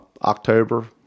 October